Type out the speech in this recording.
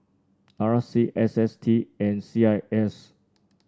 R C S S T and C I S